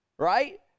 Right